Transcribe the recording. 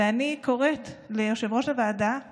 ואני קוראת ליושב-ראש הוועדה האוזר,